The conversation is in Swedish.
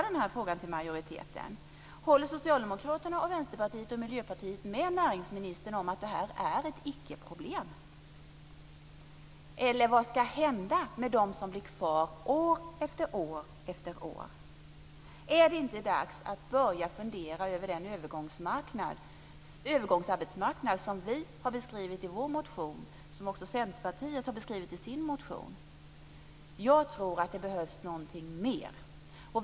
Eller vad ska hända med dem som blir kvar år efter år efter år? Är det inte dags att börja fundera över den övergångsarbetsmarknad som vi kristdemokrater beskriver i vår motion och som Centerpartiet beskriver i sin motion? Jag tror att det behövs någonting mer.